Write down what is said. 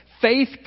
Faith